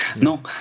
Non